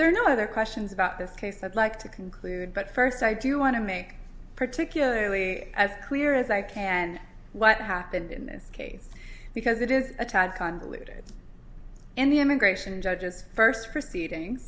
there are no other questions about this case i'd like to conclude but first i do want to make particularly clear as i can what happened in this case because it is a tad convoluted in the immigration judges first proceedings